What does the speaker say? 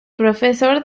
profesor